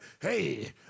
hey